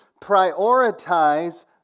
prioritize